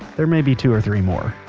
there may be two or three more.